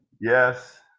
yes